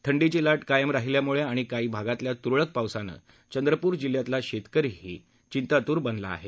थंडीची लाट कायम राहिल्यामुळे आणि काही भागातल्या तुरळक पावसाने चंद्रपूर जिल्ह्यातला शेतकरीही चिंतातूर बनला आहे